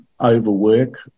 overwork